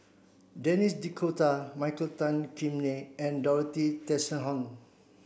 Denis D'Cotta Michael Tan Kim Nei and Dorothy Tessensohn